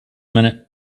minute